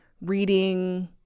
reading